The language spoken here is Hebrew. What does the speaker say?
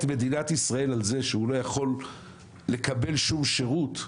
מדינת ישראל על זה שהוא לא יכול לקבל שום שירות,